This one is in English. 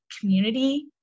community